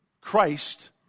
Christ